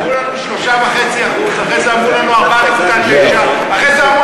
אמרו לנו 3.5% ואחרי זה אמרו לנו 4.6% ואחרי זה,